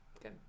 Good